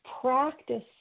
practice